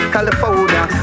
California